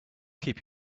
keep